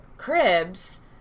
Cribs